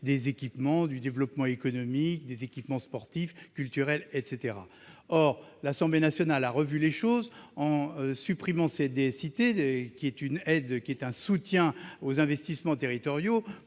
des équipements de développement économique ou des équipements sportifs ou culturels. Or l'Assemblée nationale a revu les choses en supprimant cette DSIT, qui est une aide et un soutien aux territoires,